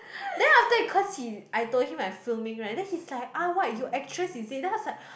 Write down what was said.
then after that cause he I told him I filming right then he's like ah what you actress is it then I was like